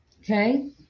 okay